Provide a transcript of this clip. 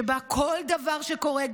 שבה כל דבר שקורה,